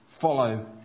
follow